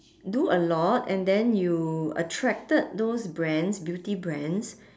do a lot and then you attracted those brands beauty brands